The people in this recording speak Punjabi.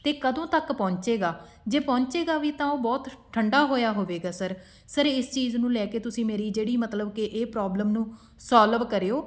ਅਤੇ ਕਦੋਂ ਤੱਕ ਪਹੁੰਚੇਗਾ ਜੇ ਪਹੁੰਚੇਗਾ ਵੀ ਤਾਂ ਉਹ ਬਹੁਤ ਠੰਡਾ ਹੋਇਆ ਹੋਵੇਗਾ ਸਰ ਸਰ ਇਸ ਚੀਜ਼ ਨੂੰ ਲੈ ਕੇ ਤੁਸੀਂ ਮੇਰੀ ਜਿਹੜੀ ਮਤਲਬ ਕਿ ਇਹ ਪ੍ਰੋਬਲਮ ਨੂੰ ਸੋਲਵ ਕਰਿਓ